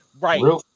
Right